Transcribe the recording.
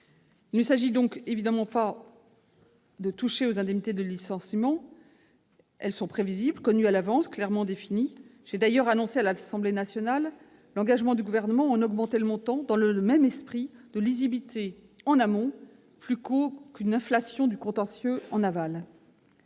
Il ne s'agit donc évidemment pas de toucher aux indemnités de licenciement, qui sont connues à l'avance et clairement définies. J'ai d'ailleurs annoncé à l'Assemblée nationale l'engagement du Gouvernement à en augmenter le montant dans le même esprit de lisibilité en amont, préférable à une inflation du contentieux en aval.